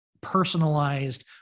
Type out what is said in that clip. personalized